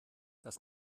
das